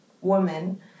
woman